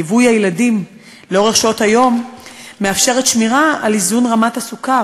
ליווי הילדים לאורך שעות היום מאפשר שמירה על איזון רמת הסוכר,